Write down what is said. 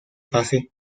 fase